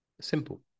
Simple